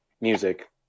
music